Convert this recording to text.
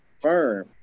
firm